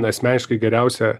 asmeniškai geriausią